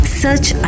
search